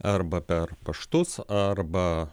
arba per paštus arba